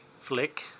flick